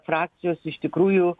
frakcijos iš tikrųjų